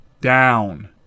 down